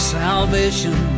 salvation